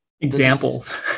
examples